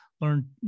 learn